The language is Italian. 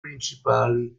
principali